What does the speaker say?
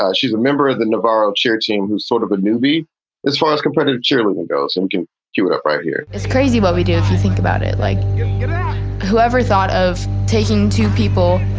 she's a member of the novarro cheer team who's sort of a newbie as far as competitive cheerleading goes, and can do it up right here it's crazy what we do. if you think about it, like whoever thought of taking two people